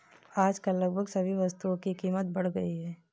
आजकल लगभग सभी वस्तुओं की कीमत बढ़ गई है